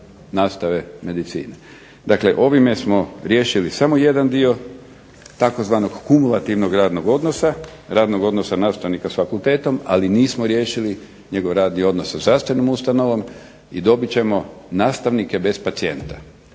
nastave medicine. Dakle, ovime smo riješili samo jedan dio, tzv. kumulativnog radnog odnosa, radnog odnosa nastavnika s fakultetom, ali nismo riješili njihov radni odnos sa zdravstvenom ustanovom i dobit ćemo nastavnike bez pacijenata.